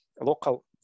local